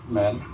men